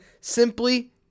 simply